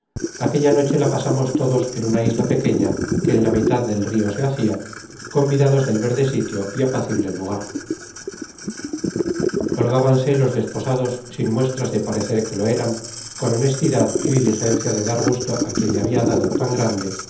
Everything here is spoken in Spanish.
aquella noche la pasamos todos en una isla pequeña que en la mitad del rio se hacia convidados del verde sitio y apacible lugar holgábanse los desposados sin muestras de parecer que lo eran con honestidad y diligencia de dar gusto á quien se le habia dado tan grande